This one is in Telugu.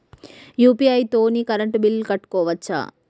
యూ.పీ.ఐ తోని కరెంట్ బిల్ కట్టుకోవచ్ఛా?